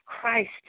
Christ